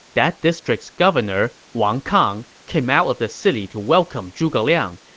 that district's governor, wang kang, came out of the city to welcome zhuge liang.